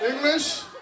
English